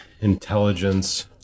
intelligence